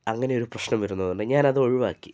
അങ്ങനെ ഒരു പ്രശ്നം വരുന്നത് കൊണ്ട് ഞാനതൊഴിവാക്കി